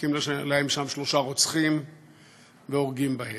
מחכים להם שם שלושה רוצחים והורגים בהם.